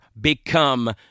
become